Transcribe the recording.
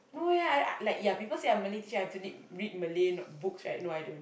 no eh I I like yeah because you're Malay teacher have to lead read Malay not books right no I don't